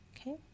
Okay